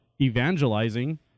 evangelizing